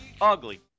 ugly